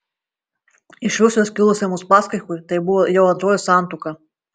iš rusijos kilusiam uspaskichui tai buvo jau antroji santuoka